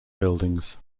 buildings